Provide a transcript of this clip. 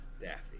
Daffy